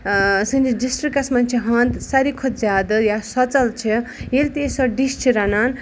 سٲنِس ڈِسٹرکَس مںٛز چھِ ہَند ساروٕے کھۄتہٕ زیادٕ یا سوٚژَل چھِ ییٚلہِ تہِ أسۍ سۄ ڈِش چھِ رَنان